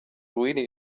really